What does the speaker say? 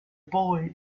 boy